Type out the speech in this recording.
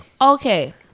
Okay